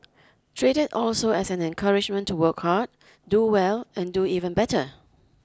treat it also as an encouragement to work hard do well and do even better